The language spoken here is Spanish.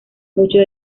muchos